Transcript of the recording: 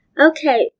Okay